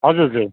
हजुर हजुर